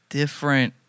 different